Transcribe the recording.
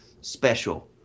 special